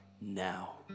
now